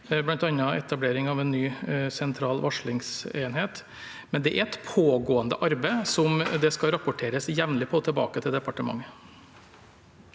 bl.a. etablering av en ny sentral varslingsenhet. Det er et pågående arbeid som det skal rapporteres jevnlig på tilbake til departementet.